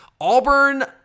Auburn